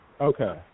Okay